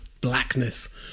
blackness